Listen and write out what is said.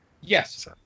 Yes